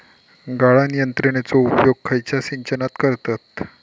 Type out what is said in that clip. गाळण यंत्रनेचो उपयोग खयच्या सिंचनात करतत?